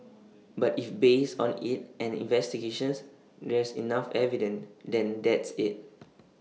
but if based on IT and investigations there's enough evidence then that's IT